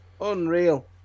Unreal